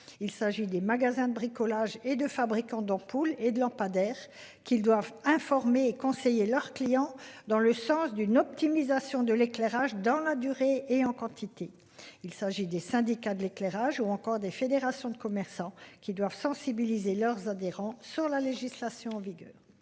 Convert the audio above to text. Il s'agit des magasins de bricolage et de fabricants d'ampoules et de lampadaires qu'ils doivent informer et conseiller leurs clients dans le sens d'une optimisation de l'éclairage dans la durée et en quantité. Il s'agit des syndicats de l'éclairage ou encore des fédérations de commerçants qui doivent sensibiliser leurs adhérents sur la législation en vigueur.